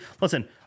listen